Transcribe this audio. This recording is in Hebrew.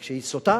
כשהיא סוטה